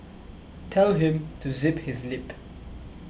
tell him to zip his lip